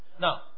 now